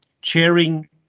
sharing